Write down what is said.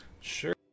Sure